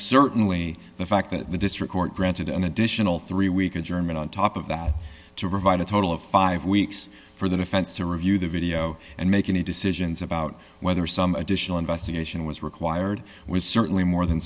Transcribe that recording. certainly the fact that the district court granted an additional three week adjournment on top of that to revive a total of five weeks for the defense to review the video and make any decisions about whether some additional investigation was required was certainly more than